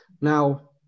now